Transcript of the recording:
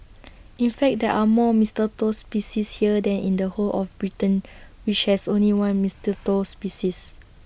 in fact there are more mistletoe species here than in the whole of Britain which has only one mistletoe species